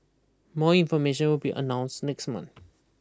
more information will be announce next month